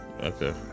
Okay